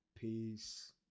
Peace